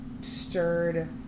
stirred